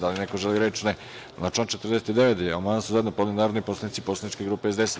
Da li neko želi reč? (Ne) Na član 49. amandman su zajedno podneli narodni poslanici poslaničke grupe SDS.